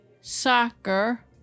soccer